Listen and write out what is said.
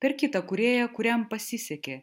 ir kitą kūrėją kuriam pasisekė